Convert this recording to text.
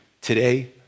today